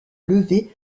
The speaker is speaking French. levé